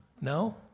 No